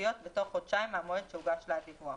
הממשלתיות בתוך חודשיים מהמועד שהוגש לה הדיווח.